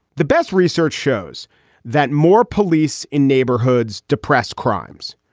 the best research shows that more police in neighborhoods, depressed crimes.